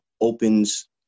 opens